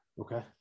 Okay